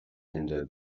hinder